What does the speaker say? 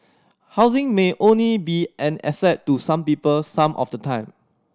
housing may only be an asset to some people some of the time